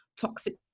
toxic